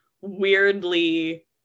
weirdly